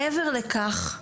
מעבר לכך,